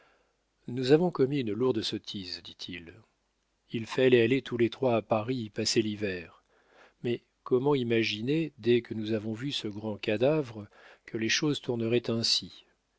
nous avons commis une lourde sottise dit-il il fallait aller tous les trois à paris y passer l'hiver mais comment imaginer dès que nous avons vu ce grand cadavre que les choses tourneraient ainsi